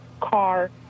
car